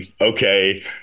okay